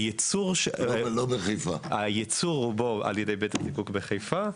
הייצור ברובו הוא על ידי בית הזיקוק בחיפה,